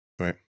Right